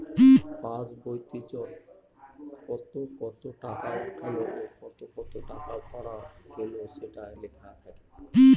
pass বইতে কত কত টাকা উঠলো ও কত কত টাকা ভরা গেলো সেটা লেখা থাকে